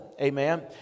amen